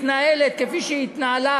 מתנהלת כפי שהתנהלה,